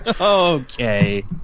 okay